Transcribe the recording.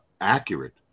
accurate